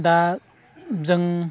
दा जों